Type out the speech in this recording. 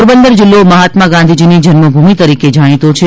પોરબંદર જિલ્લો મહાત્મા ગાંધીજીની જન્મભૂમિ તરીકે જાણીતો છે